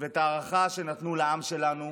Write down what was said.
ואת הערכה שנתנו לעם שלנו,